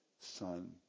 Son